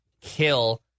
kill